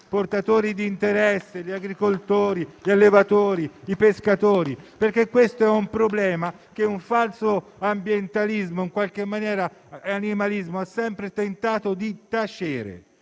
portatori di interessi, gli agricoltori, gli allevatori e i pescatori, perché questo è un problema che un falso ambientalismo e un falso animalismo hanno sempre tentato di mettere